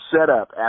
setup